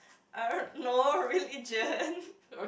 I don't know religion